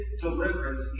deliverance